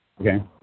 Okay